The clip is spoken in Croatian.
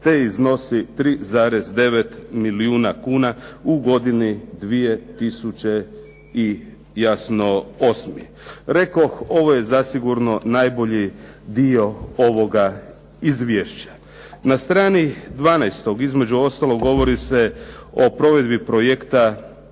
te iznosi 3,9 milijuna kuna u godini 2008. Rekoh ovo je zasigurno najbolji dio ovoga izvješća. Na strani 12. između ostalog govori se provedbi projekta